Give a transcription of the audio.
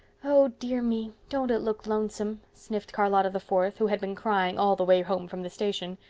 oh dear me, don't it look lonesome? sniffed charlotta the fourth, who had been crying all the way home from the station.